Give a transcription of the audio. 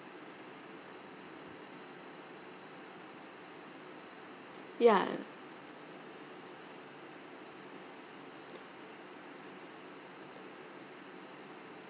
ya